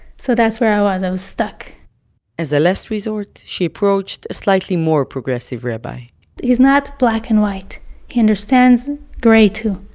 so that's where i was. i was stuck as a last resort, she approached a slightly more progressive rabbi he's not black-and-white he understands gray too.